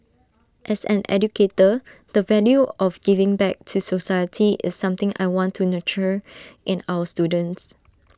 as an educator the value of giving back to society is something I want to nurture in our students